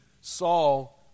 Saul